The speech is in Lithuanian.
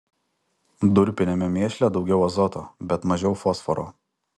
durpiniame mėšle daugiau azoto bet mažiau fosforo